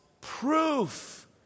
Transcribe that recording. proof